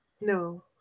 No